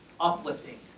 uplifting